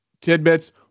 tidbits